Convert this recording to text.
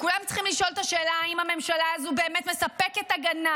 כולם צריכים לשאול את השאלה האם הממשלה הזו באמת מספקת הגנה,